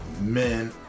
men